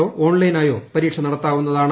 നേരിട്ടോ ഓൺലൈനായോ പരീക്ഷ നടത്താവുന്നതാണ്